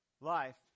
life